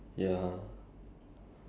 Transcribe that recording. that's like a like